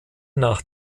nach